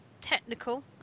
technical